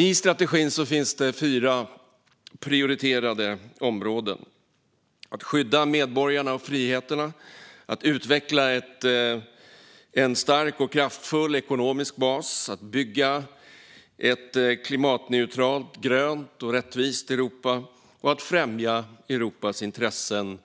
I strategin finns det fyra prioriterade områden: att skydda medborgarna och friheterna, att utveckla en stark och kraftfull ekonomisk bas, att bygga ett klimatneutralt, grönt och rättvist Europa och att främja Europas intressen